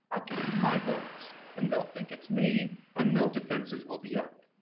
i'll give you my boats and they'll think it's me and no defenses will be up.